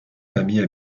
familles